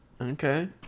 okay